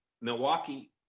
Milwaukee